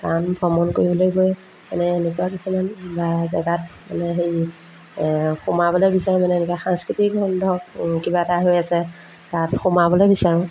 কাৰণ ভ্ৰমণ কৰিবলৈ গৈ মানে এনেকুৱা কিছুমান বা জেগাত মানে হেৰি সোমাবলৈ বিচাৰোঁ মানে এনেকুৱা সাংস্কৃতিক ধৰক কিবা এটা হৈ আছে তাত সোমাবলৈ বিচাৰোঁ